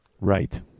Right